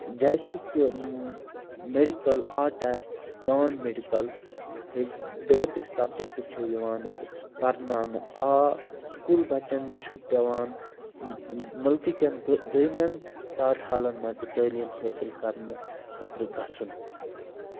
جیسے کہِ medical arts non medical ہِش بیترِ سَبجیکٹ چھِ یِوان ییٚتہِ پَرناونہٕ آ سکوٗل بَچن چھُ پٮ۪وان مٔلکہٕ کٮ۪ن دو دٔیمٮ۪ن ژاٹ حالَن منٛز تہِ تٲلیٖم حٲصِل کَرنہٕ خٲطرٕ گژھُن